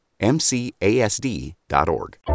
MCASD.org